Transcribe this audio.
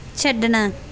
ਛੱਡਣਾ